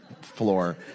floor